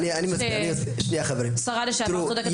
שנייה, חברים, אני מסביר.